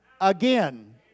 again